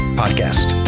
podcast